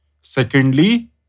Secondly